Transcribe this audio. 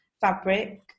fabric